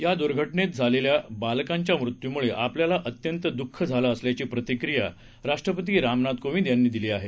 या दुर्घटनेत झालेल्याबालकांच्या होरपळून मृत्यूमुळे आपल्याला अत्यंत दुःख झालं असल्याची प्रतिक्रिया राष्ट्रपती रामनाथ कोविंद यांनी दिली आहे